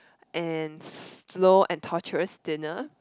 and slow and torturous dinner